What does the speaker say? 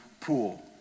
pool